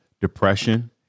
depression